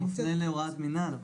הוא מפנה להוראת מינהל.